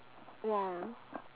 ya